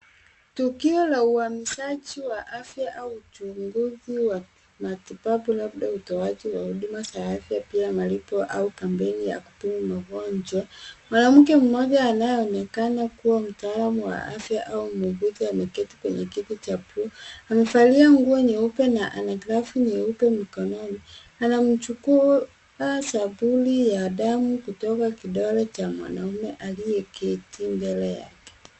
Tukio la uhamisaji wa afya au uchunguzi wa kimatibabu labda utoaji wa huduma za afya pia malipo au kampeni ya kupima magonjwa. Mwanamke mmoja anayeonekana kuwa mtaalamu wa afya au muuguzi ameketi kwenye kiti cha buluu. Amevalia nguo nyeupe na ana grafu nyeupe mkononi. Anamchukua sampuli ya damu kutoka kidole cha mwanaume aliyeketi mbele yake.